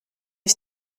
ich